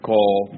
call